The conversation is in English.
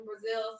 Brazil